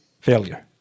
failure